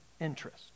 interest